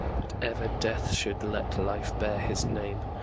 that ever death should let life bear his name,